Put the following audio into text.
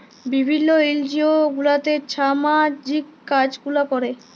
বিভিল্ল্য এলজিও গুলাতে ছামাজিক কাজ গুলা ক্যরে